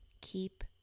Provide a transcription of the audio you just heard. keep